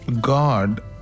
God